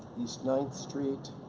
east ninth street,